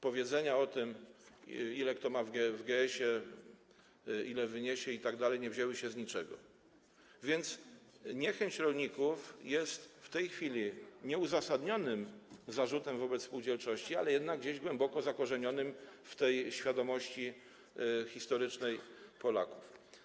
Powiedzenia o tym, ile kto ma w GS-ie, ile wyniesie itd., nie wzięły się z niczego, więc niechęć rolników jest w tej chwili nieuzasadnionym zarzutem wobec spółdzielczości, ale jednak gdzieś głęboko zakorzenionym w tej świadomości historycznej Polaków.